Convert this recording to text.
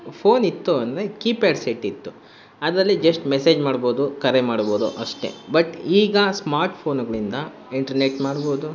phone ಇತ್ತು ಅಂದರೆ keypad set ಇತ್ತು ಅದರಲ್ಲಿ ಜಶ್ಟ್ ಮೆಸೇಜ್ ಮಾಡ್ಬೋದು ಕರೆ ಮಾಡ್ಬೋದು ಅಷ್ಟೆ ಬಟ್ ಈಗ ಸ್ಮಾರ್ಟ್ ಫೋನುಗಳಿಂದ ಇಂಟ್ರನೆಟ್ ಮಾಡ್ಬೋದು